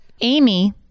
Amy